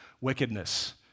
wickedness